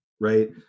right